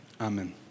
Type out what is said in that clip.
amen